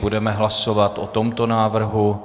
Budeme hlasovat o tomto návrhu.